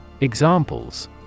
Examples